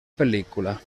pel·lícula